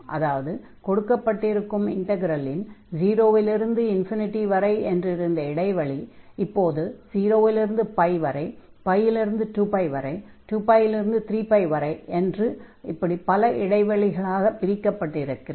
அதாவது கொடுக்கப்பட்டிருக்கும் இண்டக்ரலின் 0 இல் இருந்து ∞ வரை என்றிருந்த இடைவெளி இப்போது 0 இல் இருந்து வரை இல் இருந்து 2π வரை 2 π இல் 3π வரை இப்படிப் பல இடைவெளிகளாகப் பிரிக்கப்பட்டிருக்கிறது